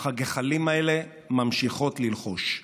אך הגחלים ממשיכות ללחוש.